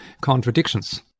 contradictions